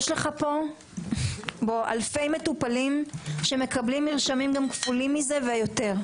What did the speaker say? יש לך פה אלפי מטופלים שמקבלים מרשמים גם כפולים מזה ויותר.